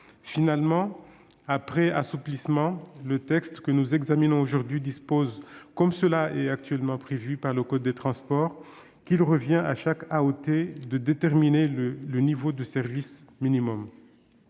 Finalement, après assouplissements, le texte que nous examinons aujourd'hui dispose, comme c'est actuellement prévu par le code des transports, qu'il revient à chaque AOT de déterminer le niveau de service minimum.